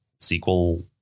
SQL